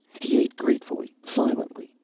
he ate gratefully silently.